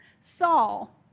Saul